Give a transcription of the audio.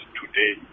today